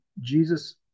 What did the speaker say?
Jesus